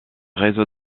réseau